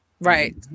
right